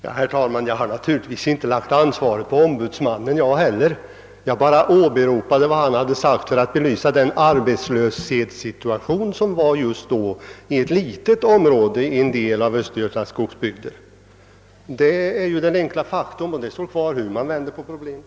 Herr talman! Jag har naturligtvis inte heller lagt ansvaret på ombudsmannen — jag endast åberopade vad han hade sagt för att belysa den arbetslöshetssituation som råder inom ett litet område i en del av Östergötlands skogsbygder. Detta faktum står kvar hur man än vänder på problemet.